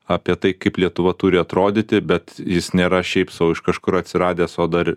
apie tai kaip lietuva turi atrodyti bet jis nėra šiaip sau iš kažkur atsiradęs o dar